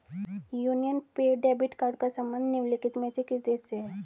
Union पे debit card का संबंध निम्नलिखित में से किस देश से है?